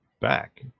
back